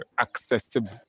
accessible